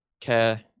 care